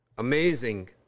Amazing